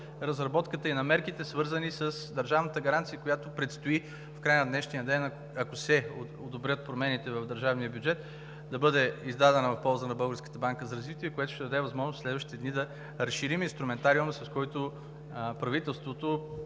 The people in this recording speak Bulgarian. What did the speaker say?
подразработката на мерките, свързани с държавната гаранция, която предстои в края на днешния ден, ако се одобрят промените в държавния бюджет, да бъде издадена в полза на Българската банка за развитие, което ще даде възможност в следващите дни да разширим инструментариума, с който правителството